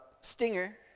Stinger